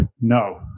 no